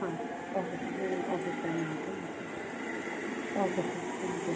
ಹಾಂ sir okay sir ನಾನು office time ಮಾಡ್ಕೊಂಡು ಬರ್ತೀನಿ ಓಕೆ ಸರ್ ತ್ಯಾಂಕ್ ಯು